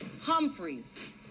Humphreys